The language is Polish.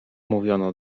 mówiono